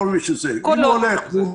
אין דבר כזה.